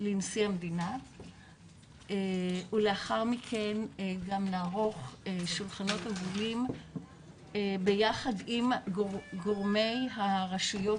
לנשיא המדינה ולאחר מכן גם נערוך שולחנות עגולים ביחד עם גורמי הרשויות